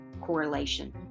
correlation